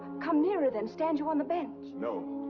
come nearer then, stand you on the bench. no.